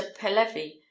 Pelevi